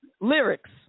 Lyrics